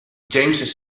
james